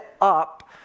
up